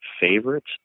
favorites